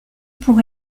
pour